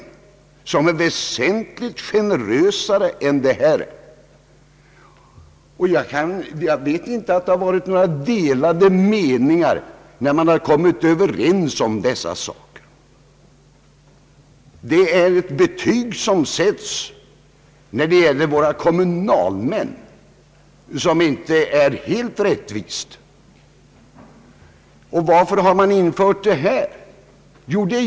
De rekommendationerna är väsentligt generösare än det föreliggande förslaget. Jag känner inte till att det har rått några delade meningar när man beslutat om dessa saker. Det är ett inte helt rättvist betyg, som sätts på våra kommunalmän. Varför har man infört dessa pensionsregler?